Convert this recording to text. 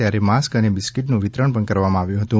ત્યારે માસ્ક અને બિસ્કીટનું વિતરણ પણ કરવામાં આવ્યુ હતુ